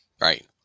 Right